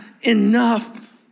enough